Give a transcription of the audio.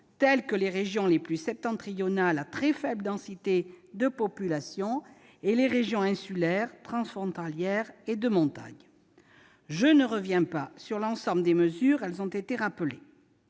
telles que les régions les plus septentrionales à très faible densité de population et les régions insulaires, transfrontalières et de montagne. » Je ne reviens pas sur l'ensemble des mesures : elles ont déjà été rappelées.